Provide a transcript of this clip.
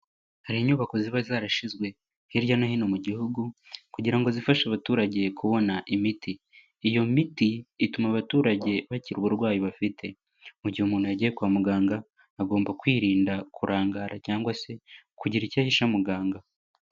Hari inyubako ziba zarashyizwe hirya no hino mu gihugu kugira ngo zifashe abaturage kubona imiti, iyo miti ituma abaturage bakira uburwayi bafite, mu gihe umuntu yagiye kwa muganga agomba kwirinda kurangara cyangwa se kugira icyo ahisha muganga.